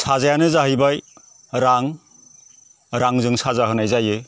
साजायानो जाहैबाय रां रांजों साजा होनाय जायो